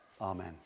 Amen